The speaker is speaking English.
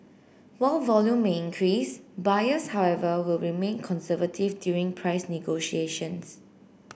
while volume may increase buyers however will remain conservative during price negotiations